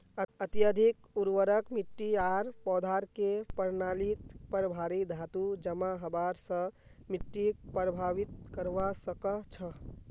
अत्यधिक उर्वरक मिट्टी आर पौधार के प्रणालीत पर भारी धातू जमा हबार स मिट्टीक प्रभावित करवा सकह छह